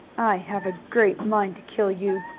i have a great mind to kill you!